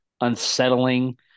unsettling